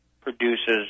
produces